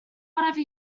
whatever